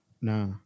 Nah